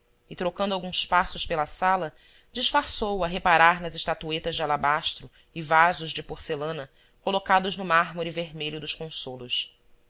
e trocando alguns passos pela sala disfarçou a reparar nas estatuetas de alabastro e vasos de porcelana colocados no mármore vermelho dos consolos